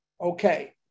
Okay